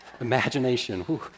imagination